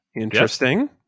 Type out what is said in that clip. Interesting